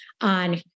on